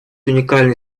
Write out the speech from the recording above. уникальной